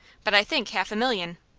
but i think half a million.